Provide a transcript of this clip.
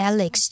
Alex